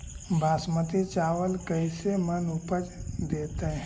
बासमती चावल कैसे मन उपज देतै?